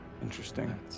Interesting